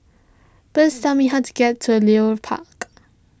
please tell me how to get to Leo Park